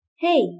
Hey